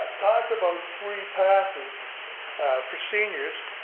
talk about free passes for seniors